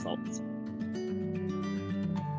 results